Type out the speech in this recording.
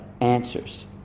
answers